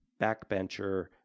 backbencher